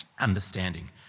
Understanding